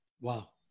Wow